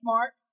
Mark